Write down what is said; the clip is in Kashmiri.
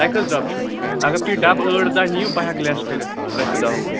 تۄہہِ کٔژ ڈَبہٕ چھُو نِنۍ اَگر تُہۍ ڈَبہٕ ٲٹھ دَہ نِیِو بہٕ ہٮ۪کہٕ لٮ۪س کٔرتھ رۄپیہِ دَہ وُہ